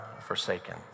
forsaken